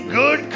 good